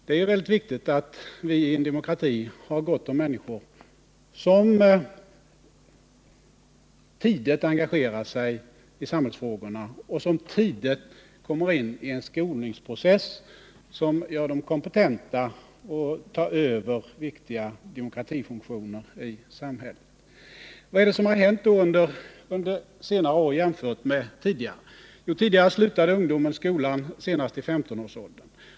Det är oerhört viktigt att vi i en demokrati har gott om människor som tidigt engagerar sig i samhällsfrågorna och som tidigt kommer in i en skolningsprocess som gör dem kompetenta att ta över viktiga demokratifunktioner i samhället. Vad är det då som har hänt under senare år jämfört med tidigare? Jo, tidigare slutade ungdomarna skolan senast i 15-årsåldern.